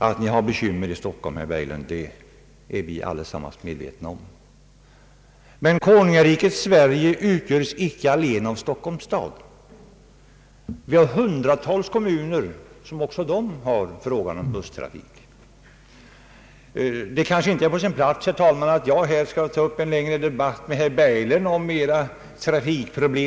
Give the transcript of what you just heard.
Att ni har bekymmer i Stockholm, herr Berglund, är vi alla medvetna om, men konungariket Sverige utgöres icke endast av Stockholms stad. Vi har hundratals kommuner som också har problem med busstrafiken. Det kanske inte är på sin plats, herr talman, att jag här tar upp en längre debatt med herr Berglund om Stockholms trafikfrågor.